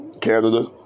Canada